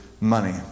money